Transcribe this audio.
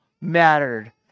mattered